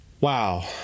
Wow